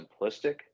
simplistic